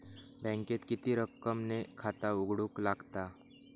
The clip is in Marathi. बँकेत किती रक्कम ने खाता उघडूक लागता?